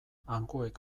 hangoek